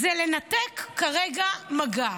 זה לנתק כרגע מגע".